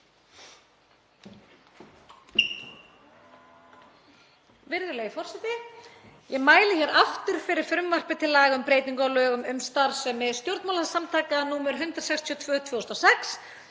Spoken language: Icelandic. Virðulegi forseti. Ég mæli hér aftur fyrir frumvarpi til laga um breytingu á lögum um starfsemi stjórnmálasamtaka, nr. 162/2006.